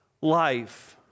life